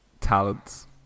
Talents